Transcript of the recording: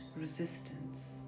resistance